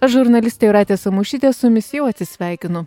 aš žurnalistė jūratė samušytė su jumis jau atsisveikinu